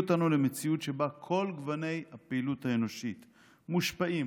אותנו למציאות שבה כל גוני הפעילות האנושית מושפעים,